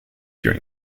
during